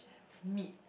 meat